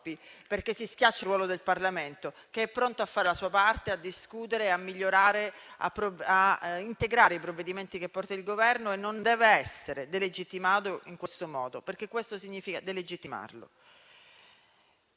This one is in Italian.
perché si schiaccia il ruolo del Parlamento, che è pronto a fare la sua parte, a discutere, a migliorare, a integrare i provvedimenti del Governo e non deve essere delegittimato in questo modo, perché questo significa delegittimarlo.